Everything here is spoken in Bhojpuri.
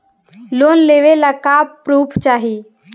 लोन लेवे ला का पुर्फ चाही?